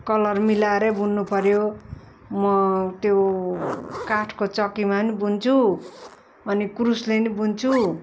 colour मिलाएरै बुन्नु पऱ्यो म त्यो काठको चक्कीमा पनि बुन्छु अनि क्रुसले पनि बुन्छु